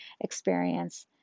experience